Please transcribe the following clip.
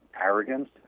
arrogance